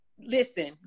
Listen